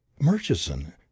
Murchison